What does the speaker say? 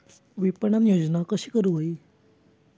विपणन योजना कशी करुक होई?